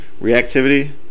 reactivity